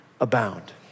abound